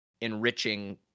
enriching